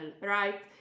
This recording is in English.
right